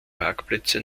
parkplätze